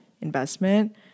investment